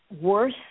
worth